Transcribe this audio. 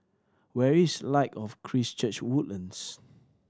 where is Light of Christ Church Woodlands